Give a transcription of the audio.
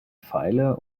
feile